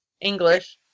English